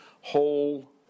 whole